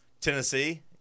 Tennessee